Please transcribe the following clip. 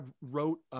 wrote